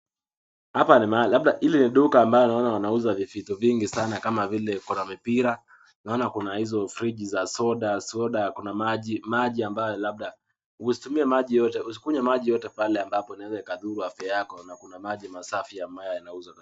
Hapa ni pahali, hili ni duka ambalo naona wanauza vitu vingi sana kama vile kuna mipira, naona kuna hizo friji za soda, kuna maji ambayo labda, usikunywe maji yoyote pale ambapo unaweza ukadhuru afya yako na kuna maji masafi ambaye yanauzwa katika...